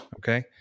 Okay